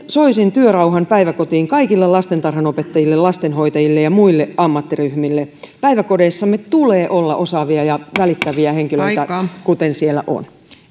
soisin työrauhan päiväkotiin kaikille lastentarhanopettajille lastenhoitajille ja muille ammattiryhmille päiväkodeissamme tulee olla osaavia ja välittäviä henkilöitä kuten siellä on